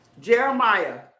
jeremiah